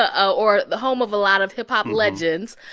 ah ah or the home of a lot of hip-hop legends.